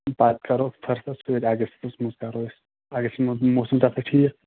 پَتہٕ کَرو فُرصتھ سٍتۍ اَگَستَس منٛز کَرو أسۍ اَگَستَس منٛز چھُ مُوسَم تہِ آسان ٹھیٖک